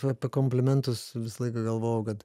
apie komplimentus visą laiką galvojau kad